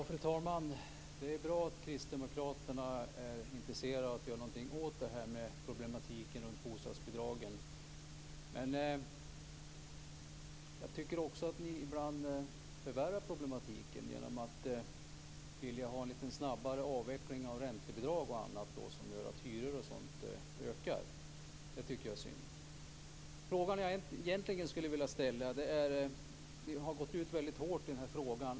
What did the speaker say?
Fru talman! Det är bra att kristdemokraterna är intresserade av att göra något åt problematiken runt bostadsbidragen. Jag tycker också att ni ibland förvärrar problematiken genom att vilja ha en lite snabbare avveckling av räntebidrag och annat, som gör att hyror ökar. Det tycker jag är synd. Ni har gått ut väldigt hårt i den här frågan.